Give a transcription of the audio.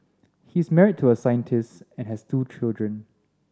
he is married to a scientist and has two children